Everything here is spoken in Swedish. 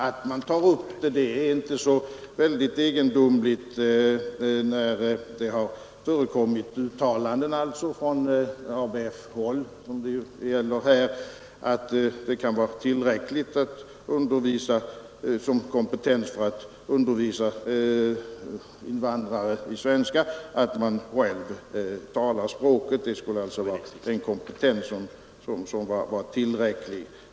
Att man tar upp frågan är inte så egendomligt med tanke på att det förekommit uttalanden från ABF-håll — det är ju detta studieförbund det gäller — om att det kan vara tillräckligt som kompetens för att undervisa invandrare i svenska att man själv talar språket. Detta skulle alltså vara en kompetens som var tillräcklig.